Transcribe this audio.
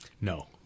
No